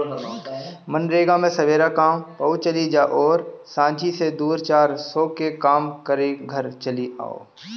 मनरेगा मे सबेरे काम पअ चली जा अउरी सांझी से दू चार सौ के काम कईके घरे चली आवअ